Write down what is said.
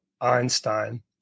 Einstein